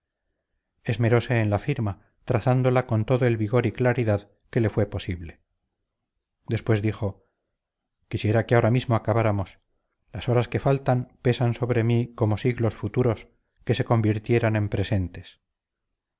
esmerose en la firma trazándola con todo el vigor y claridad que le fue posible después dijo quisiera que ahora mismo acabáramos las horas que faltan pesan sobre mí como siglos futuros que se convirtieran en presentes